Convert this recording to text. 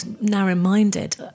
narrow-minded